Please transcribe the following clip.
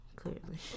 clearly